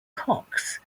cox